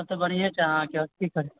तब तऽ बढ़िए छै अहाँके आओर की करते